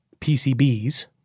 PCBs